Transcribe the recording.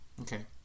Okay